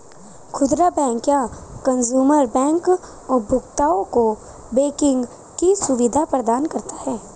खुदरा बैंक या consumer bank उपभोक्ताओं को बैंकिंग की सुविधा प्रदान करता है